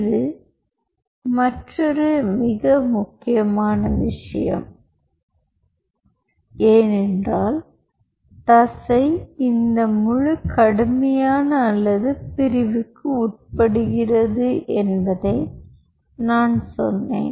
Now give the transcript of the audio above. இது மற்றொரு மிக முக்கியமான விஷயம் ஏனென்றால் தசை இந்த முழு கடுமையான அல்லது பிரிவுக்கு உட்படுகிறது என்பதை நான் சொன்னேன்